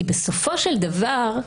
כי בסופו של דבר,